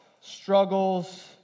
struggles